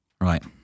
Right